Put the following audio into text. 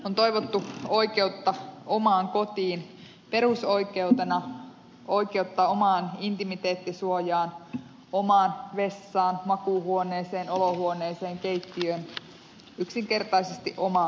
on toivottu oikeutta omaan kotiin perusoikeutta omaan intimiteettisuojaan omaan vessaan makuuhuoneeseen olohuoneeseen keittiöön yksinkertaisesti omaan kotiin